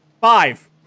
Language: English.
Five